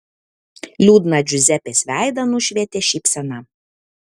liūdną džiuzepės veidą nušvietė šypsena